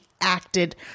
acted